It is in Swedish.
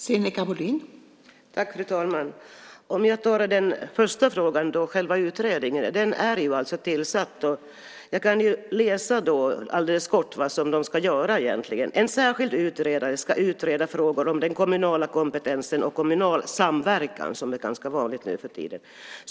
Fru talman! Jag tar den första frågan, om själva utredningen, först. Den är tillsatt. Jag kan läsa helt kort vad den ska göra: En särskild utredare ska utreda frågor om den kommunala kompetensen och kommunal samverkan - som är ganska vanligt nuförtiden.